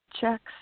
checks